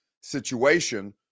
situation